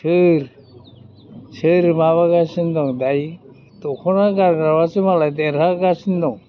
सोर सोर माबागासिनो दं दायो दखना गानग्राफ्रासो मालाय देरहागासिनो दं